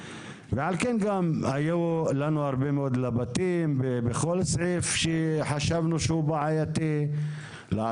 היו לנו הרבה מאוד לבטים בכל סעיף שחשבנו שהוא בעייתי ורצינו